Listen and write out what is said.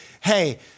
hey